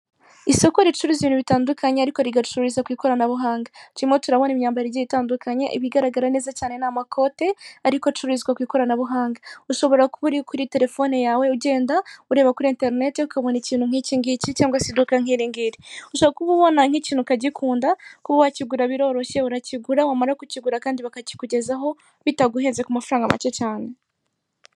Isoko ricuruza ibintu bitandukanye ariko rigacururiza ku ikoranabuhanga, turimo turabona imyambaro itandukanye ibigaragara neza cyane ni amakote ariko acururizwa ku ikoranabuhanga. Ushobora kuba uri kuri telefone yawe ugenda ureba kuri interinete ukabona ikintu nk'ikingiki cyangwa se iduka nk'iringiri, ushobora kuba ubona nk'ikintu ukagikunda kuba wakigura biroroshye urakigura wamara kukigura kandi bakakikugezaho bitaguhenze ku mafaranga make cyane.